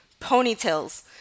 Ponytails